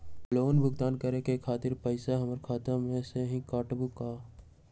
Loan भुगतान करे के खातिर पैसा हमर खाता में से ही काटबहु का?